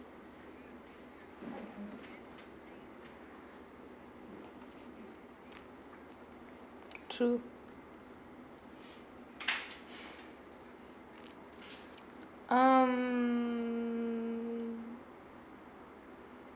true um